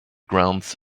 grounds